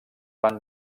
van